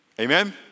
Amen